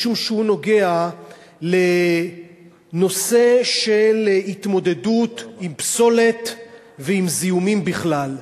משום שהוא נוגע לנושא של התמודדות עם פסולת ועם זיהומים בכלל.